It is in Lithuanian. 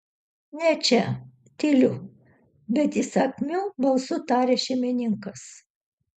ne čia tyliu bet įsakmiu balsu taria šeimininkas